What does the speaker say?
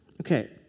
Okay